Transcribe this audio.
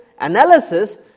analysis